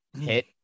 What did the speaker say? hit